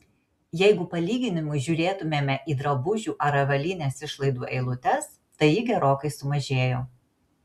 jeigu palyginimui žiūrėtumėme į drabužių ar avalynės išlaidų eilutes tai ji gerokai sumažėjo